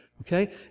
Okay